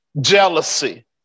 jealousy